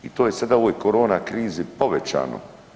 I to je sada u ovoj korona krizi povećano.